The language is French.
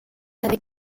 avec